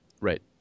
right